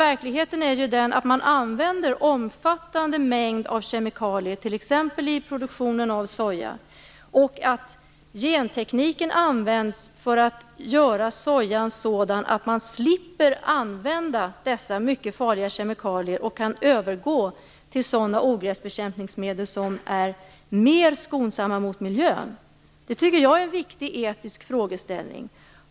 Verkligheten är ju den att man använder en omfattande mängd kemikalier i t.ex. produktionen av soja. Gentekniken används för att göra sojan sådan att man slipper använda dessa mycket farliga kemikalier och kan övergå till sådana ogräsbekämpningsmedel som är mer skonsamma mot miljön. Det tycker jag är en viktig etisk frågeställning.